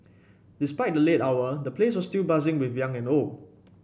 despite the late hour the place was still buzzing with young and old